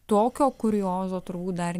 tokio kuriozo turbūt dar